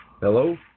Hello